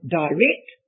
direct